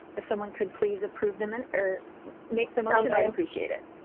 if someone could please approve them and or make them. so i appreciate it.